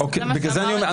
פשוט זה מה שאמרו לי.